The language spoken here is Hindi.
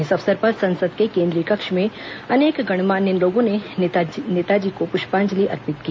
इस अवसर पर संसद के केन्द्रीय कक्ष में अनेक गणमान्य लोगों ने नेताजी को पुष्पांजलि अर्पित की